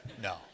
No